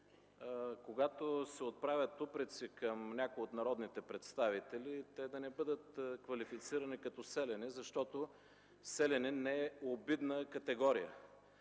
Когато се отправят упреци към някой от народните представители, те да не бъдат квалифицирани като селяни, защото селянин не е обидна категория.